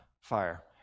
fire